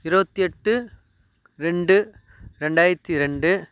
இருபத்தி எட்டு ரெண்டு ரெண்டாயிரத்தி ரெண்டு